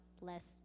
less